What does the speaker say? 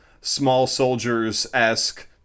small-soldiers-esque